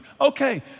Okay